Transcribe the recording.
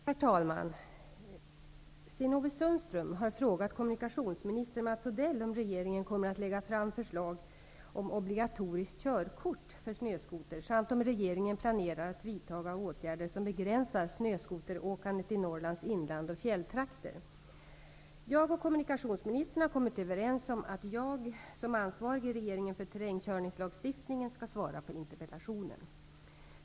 Herr talman! Sten-Ove Sundström har frågat kommunikationsminister Mats Odell om regeringen kommer att lägga fram förslag om obligatoriskt körkort för snöskoter samt om regeringen planerar att vidta åtgärder som begränsar snöskoteråkandet i Norrlands inland och fjälltrakter. Jag och kommunikationsministern har kommit överens om att jag -- som ansvarig i regeringen för terrängkörningslagstiftningen -- skall svara på interpellationen.